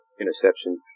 interception